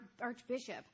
archbishop